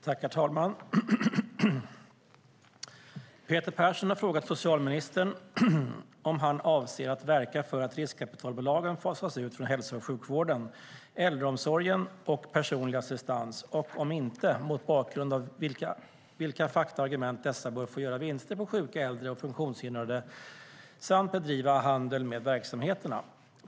Herr talman! Peter Persson har frågat socialministern om han avser att verka för att riskkapitalbolagen fasas ut från hälso och sjukvården, äldreomsorgen och personlig assistans och om inte, mot bakgrund av vilka fakta och argument dessa bör få göra vinster på sjuka, äldre och funktionshindrade samt bedriva handel med verksamheterna.